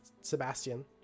Sebastian